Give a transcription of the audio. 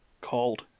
called